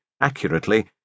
accurately